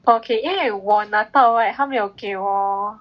oh okay 因为我拿到 right 他们有给我